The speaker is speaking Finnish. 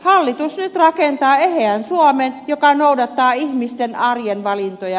hallitus nyt rakentaa eheän suomen joka noudattaa ihmisten arjen valintoja